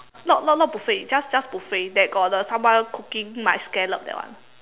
not not not not buffet just just buffet that got the someone cooking my scallop that one